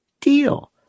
deal